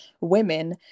women